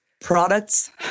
products